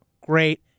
great